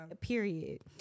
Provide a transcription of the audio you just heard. period